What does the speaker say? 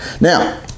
now